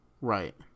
Right